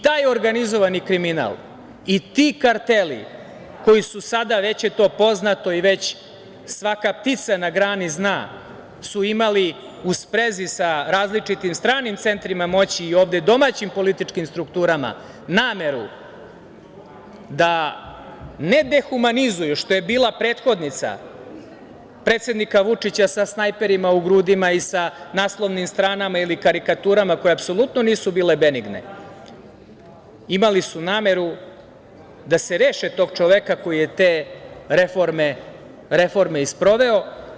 Taj organizovani kriminal i ti karteli koji su sada, već je to poznato i već svaka ptica na grani zna, imali u sprezi sa različitim stranim centrima moći i ovde domaćim političkim strukturama nameru da ne dehumanizuju, što je bila prethodnica predsednika Vučića sa snajperima u grudima i sa naslovnim stranama ili karikaturama koje apsolutno nisu bile benigne, imali su nameru da se reše tog čoveka koji je te reforme i sproveo.